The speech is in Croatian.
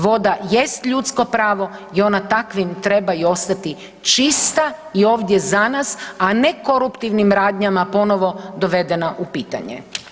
Voda jest ljudsko pravo i ona takvim treba i ostati, čista i ovdje za nas, a ne koruptivnim radnjama ponovo dovedena u pitanje.